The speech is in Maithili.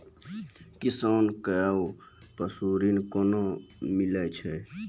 किसान कऽ पसु ऋण कोना मिलै छै?